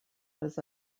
was